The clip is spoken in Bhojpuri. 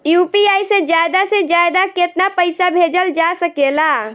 यू.पी.आई से ज्यादा से ज्यादा केतना पईसा भेजल जा सकेला?